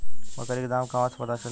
बकरी के दाम कहवा से पता चली?